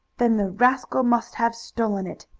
then the rascal must have stolen it.